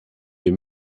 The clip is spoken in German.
wir